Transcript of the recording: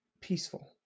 peaceful